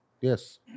Yes